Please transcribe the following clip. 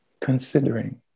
considering